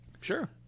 Sure